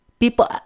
people